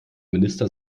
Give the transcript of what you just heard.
minister